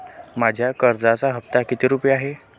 माझ्या कर्जाचा हफ्ता किती रुपये आहे?